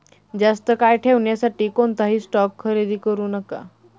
जास्त काळ ठेवण्यासाठी कोणताही स्टॉक खरेदी करू नका